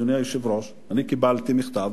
אדוני היושב-ראש, אני קיבלתי מכתב,